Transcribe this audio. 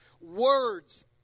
words